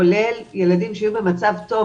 כולל ילדים שהיו במצב טוב,